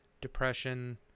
depression